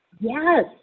Yes